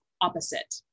opposite